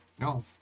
No